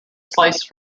sliced